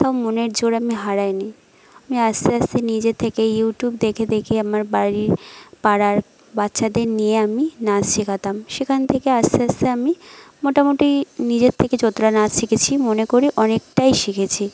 তাও মনের জোর আমি হারাইনি আমি আস্তে আস্তে নিজে থেকে ইউটিউব দেখে দেখে আমার বাড়ির পাড়ার বাচ্চাদের নিয়ে আমি নাচ শেখাতাম সেখান থেকে আস্তে আস্তে আমি মোটামুটি নিজের থেকে যতটা নাচ শিখেছি মনে করে অনেকটাই শিখেছি